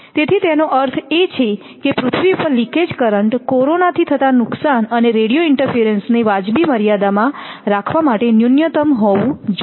તેથી તેનો અર્થ એ છે કે પૃથ્વી પર લિકેજ કરંટ કોરોનાથી થતા નુકસાન અને રેડિયો ઇન્ટરફીયરંશ ને વાજબી મર્યાદામાં રાખવા માટે ન્યૂનતમ હોવું જોઈએ